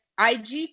IG